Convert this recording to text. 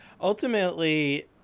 ultimately